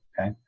Okay